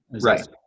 Right